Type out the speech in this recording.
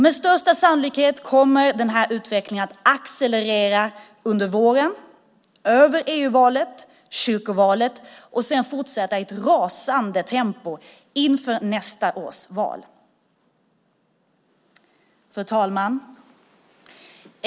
Med största sannolikhet kommer den här utvecklingen att accelerera under våren, över EU-valet och kyrkovalet, och sedan fortsätta i ett rasande tempo inför nästa års val. Fru talman!